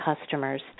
customers